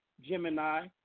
Gemini